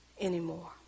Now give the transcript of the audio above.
anymore